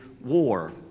war